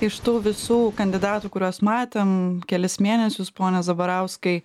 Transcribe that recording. iš tų visų kandidatų kuriuos matėm kelis mėnesius pone zabarauskai